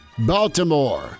Baltimore